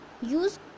Use